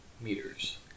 Meters